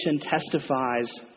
testifies